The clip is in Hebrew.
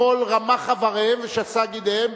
בכל רמ"ח איבריהם ושס"ה גידיהם,